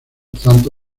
tanto